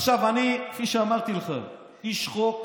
עכשיו, כפי שאמרתי לך, אני איש חוק,